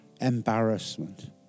embarrassment